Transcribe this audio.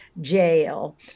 jail